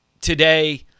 today